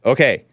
Okay